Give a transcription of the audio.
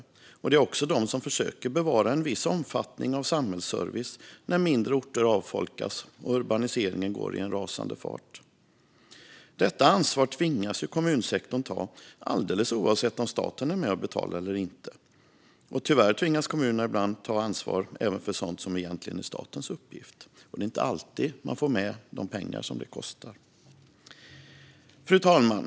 Det är också de som försöker bevara en viss omfattning av samhällsservice när mindre orter avfolkas och urbaniseringen går i rasande fart. Detta ansvar tvingas kommunsektorn att ta alldeles oavsett om staten är med och betalar eller inte. Tyvärr tvingas kommunerna ibland att ta ansvar även för sådant som egentligen är statens uppgift, och det är inte alltid de får de pengar det kostar. Fru talman!